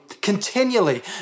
Continually